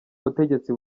butegetsi